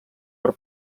per